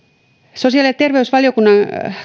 sosiaali ja terveysvaliokunnan